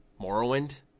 Morrowind